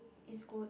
is good